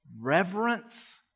reverence